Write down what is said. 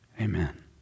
Amen